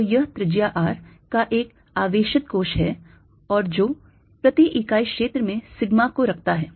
तो यह त्रिज्या R का एक आवेशित कोश है और जो प्रति इकाई क्षेत्र में sigma को रखता है